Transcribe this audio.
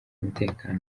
umutekano